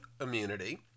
immunity